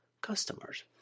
customers